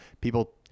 people